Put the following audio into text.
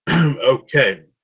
Okay